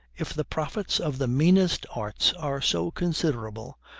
if the profits of the meanest arts are so considerable,